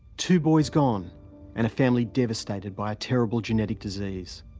two boys gone and a family devastated by a terrible genetic disease.